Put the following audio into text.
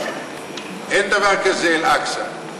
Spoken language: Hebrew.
אין דבר כזה, אל-אקצא.